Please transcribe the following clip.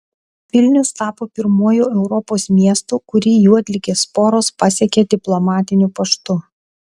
vilnius tapo pirmuoju europos miestu kurį juodligės sporos pasiekė diplomatiniu paštu